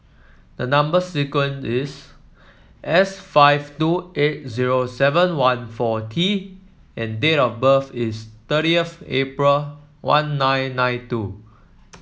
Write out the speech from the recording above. the number sequence is S five two eight zero seven one four T and date of birth is thirtieth April one nine nine two